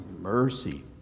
mercy